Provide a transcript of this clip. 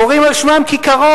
קוראים על שמם כיכרות.